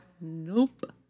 Nope